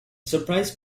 surprise